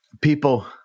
people